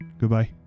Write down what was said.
Goodbye